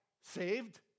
saved